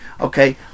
okay